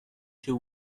two